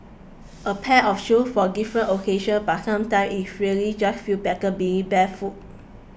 a pair of shoes for different occasions but sometimes it really just feels better being barefooted